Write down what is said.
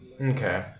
Okay